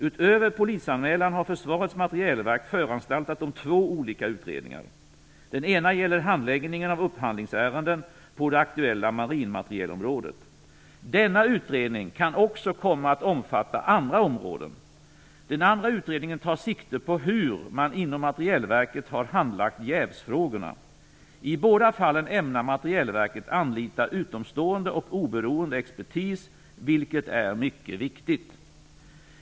Utöver polisanmälan har Försvarets materielverk föranstaltat om två olika utredningar. Den ena gäller handläggningen av upphandlingsärenden på det aktuella marinmaterielområdet. Denna utredning kan också komma att omfatta andra områden. Den andra utredningen tar sikte på hur man inom Materielverket har handlagt jävsfrågorna. I båda fallen ämnar Materielverket anlita utomstående och oberoende expertis, vilket är mycket viktigt.